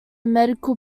medical